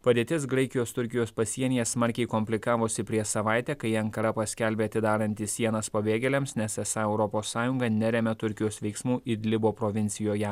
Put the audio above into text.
padėtis graikijos turkijos pasienyje smarkiai komplikavosi prieš savaitę kai ankara paskelbė atidaranti sienas pabėgėliams nes esą europos sąjunga neremia turkijos veiksmų idlibo provincijoje